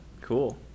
Cool